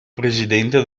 presidente